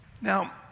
Now